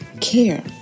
care